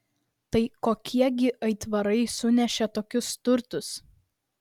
tai kokie gi aitvarai sunešė tokius turtus